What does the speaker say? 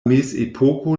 mezepoko